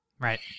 Right